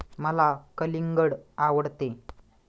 मला कलिंगड आवडते